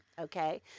Okay